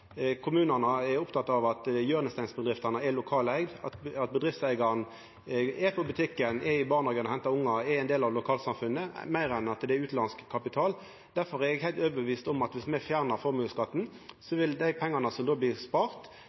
Kommunane er opptekne av at hjørnesteinsbedriftene er lokaleigde, at bedriftseigaren er på butikken, er i barnehagen og hentar ungar, er ein del av lokalsamfunnet, meir enn at det er utanlandsk kapital. Derfor er eg heilt overtydd om at viss me fjernar formuesskatten, vil dei pengane som då blir spart,